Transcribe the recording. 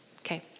Okay